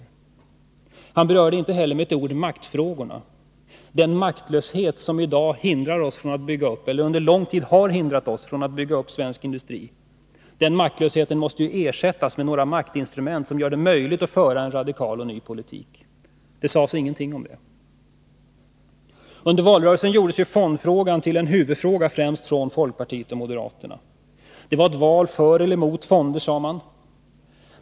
Industriministern berörde inte heller med ett ord maktfrågorna, eller den maktlöshet som under lång tid har hindrat oss från att bygga upp svensk industri. Den maktlösheten måste ersättas med sådana maktinstrument som gör det möjligt att föra en radikal och ny politik. Det sades ingenting om det. Under valrörelsen gjordes fondfrågan till en huvudfråga av främst folkpartiet och moderaterna. Det var ett val för eller emot fonder, sade man.